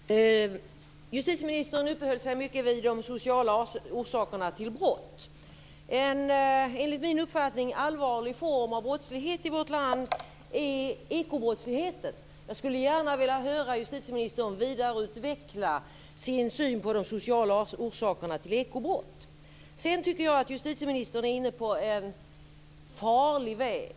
Herr talman! Justitieministern uppehöll sig mycket vid de sociala orsakerna till brott. En enligt min uppfattning allvarlig form av brottslighet i vårt land är ekobrottsligheten. Jag skulle gärna vilja höra justitieministern vidareutveckla sin syn på de sociala orsakerna till ekobrott. Jag tycker att justitieministern är inne på en farlig väg.